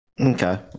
Okay